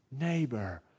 neighbor